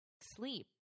sleep